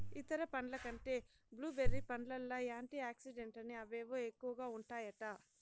ఇతర పండ్ల కంటే బ్లూ బెర్రీ పండ్లల్ల యాంటీ ఆక్సిడెంట్లని అవేవో ఎక్కువగా ఉంటాయట